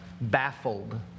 baffled